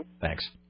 Thanks